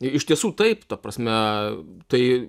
iš tiesų taip ta prasme tai